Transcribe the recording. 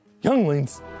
younglings